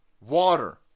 water